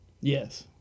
Yes